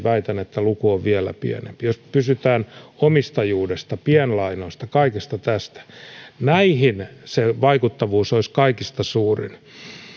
väitän että luku on vielä pienempi omistajuuteen pienlainoihin kaikkeen tähän näihin sen vaikuttavuus olisi kaikista suurin